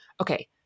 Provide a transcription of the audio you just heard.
Okay